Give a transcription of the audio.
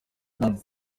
uganda